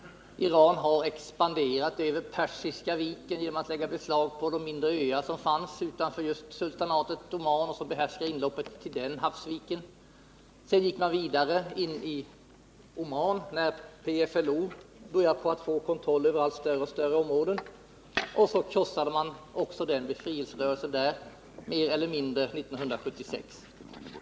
Iran har expanderat över Persiska viken genom att lägga beslag på de mindre öar som ligger utanför sultanatet Oman och som behärskar inloppet till havsviken där. Sedan har Iran gått vidare in i Oman, när PFLO började få kontroll över större och större områden, och mer eller mindre krossat befrielserörelsen där 1976.